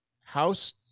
House